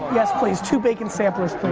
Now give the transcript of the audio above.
yes please, two bacon samplers, please.